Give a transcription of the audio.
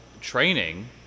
Training